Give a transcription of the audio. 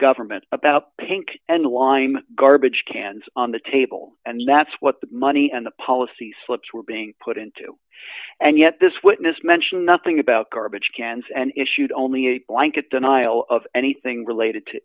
government about pink and line garbage cans on the table and that's what the money and the policy slips were being put into and yet this witness mentioned nothing about garbage cans and issued only a blanket denial of anything